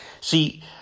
See